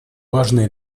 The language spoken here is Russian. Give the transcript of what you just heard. важный